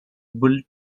bull